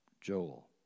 Joel